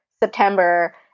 September